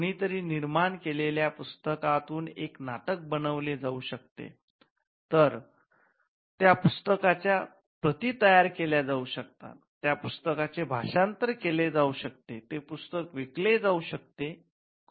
कोणीतरी निर्माण केलेल्या पुस्तकातून एक नाटक बनवले जाऊ शकते त्या पुस्तकाच्या प्रती तयार केल्या जाऊ शकतात त्या पुस्तकाचे भाषांतर केले जाऊ शकते ते पुस्तक विकले जाऊ शकते